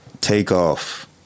takeoff